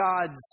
God's